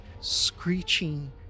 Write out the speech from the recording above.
screeching